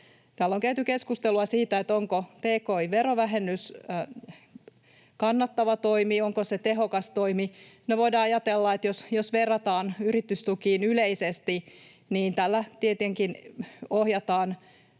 Täällä on käyty keskustelua siitä, onko tki-verovähennys kannattava toimi, onko se tehokas toimi. No, jos verrataan yritystukiin yleisesti, niin tällä tietenkin ohjataan